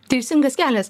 teisingas kelias